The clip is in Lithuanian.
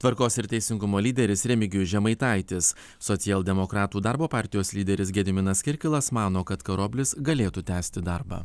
tvarkos ir teisingumo lyderis remigijus žemaitaitis socialdemokratų darbo partijos lyderis gediminas kirkilas mano kad karoblis galėtų tęsti darbą